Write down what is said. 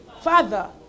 Father